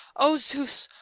o zeus,